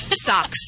socks